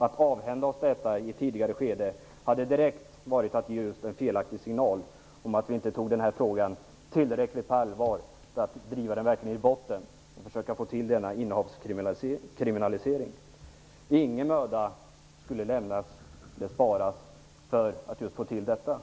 Att avhända oss detta i ett tidigt skede hade varit att direkt ge en felaktig signal om att vi inte tog frågan på tillräckligt allvar för att driva den i botten och försöka få till en kriminalisering av innehav av barnpornografi. Ingen möda skall sparas för att åstadkomma detta.